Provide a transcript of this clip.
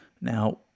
Now